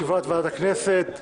אני מתכבד לפתוח את ישיבת ועדת הכנסת.